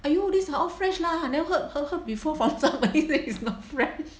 !aiyo! these are all fresh lah never heard heard heard before faster is not fresh